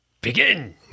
begin